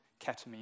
ketamine